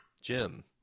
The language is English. Jim